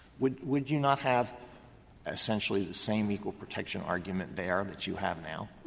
would would you not have essentially the same equal protection argument there that you have now?